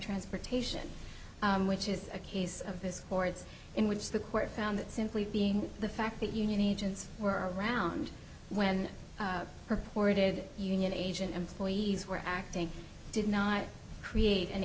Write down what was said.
transportation which is a case of this courts in which the court found that simply being the fact that union agents were around when purported union agent employees were acting did not create an